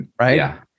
right